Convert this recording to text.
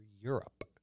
Europe